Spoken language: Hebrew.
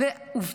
שזו מלחמת אחים.